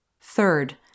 Third